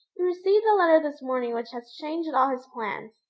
received a letter this morning which has changed all his plans,